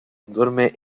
duerme